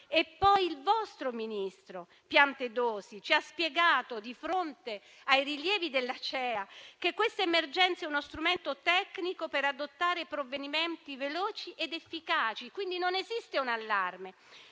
ma poi il vostro ministro Piantedosi ci ha spiegato, di fronte ai rilievi della CEI, che questa emergenza è uno strumento tecnico per adottare provvedimenti veloci ed efficaci. Quindi «non esiste un allarme,